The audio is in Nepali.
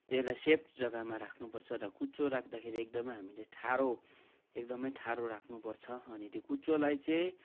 त्यसलाई सेफ जग्गामा राख्नु पर्छ र कुचो राख्दाखेरि एकदमै हामीले ठाडो एकदमै ठाडो राख्नुपर्छ अनि त्यो कुचोलाई चाहिँ